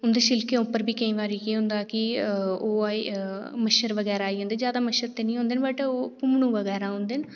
उं'दे छिलकें पर बी केई बारी केह् होंदा कि ओह् मच्छर बगैरा आई जंदे पर जादै मच्छर बगैरा निं होंदे पर भुम्मनूं बगैरा औंदे न